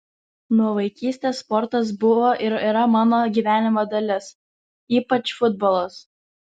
nuo vaikystės sportas buvo ir yra mano gyvenimo dalis ypač futbolas